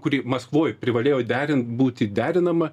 kuri maskvoj privalėjo derint būti derinama